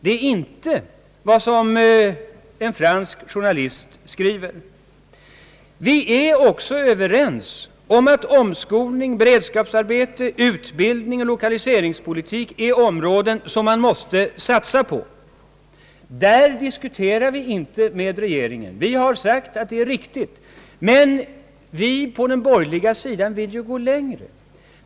Det är inte vad en fransk journalist skriver. Vi är också överens om att omskolning, beredskapsarbeten, utbildning och lokaliseringspolitik är områden som man måste satsa på. Därvidlag diskuterar vi inte med regeringen. Vi har sagt att allt detta är riktigt. Men vi på den borgerliga sidan vill gå längre.